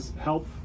help